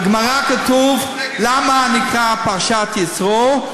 בגמרא כתוב: למה נקראת פרשת יתרו,